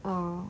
uh